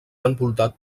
envoltat